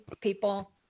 people